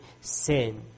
sin